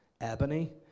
ebony